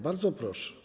Bardzo proszę.